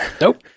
Nope